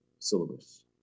syllabus